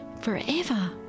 forever